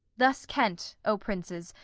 thus kent, o princes,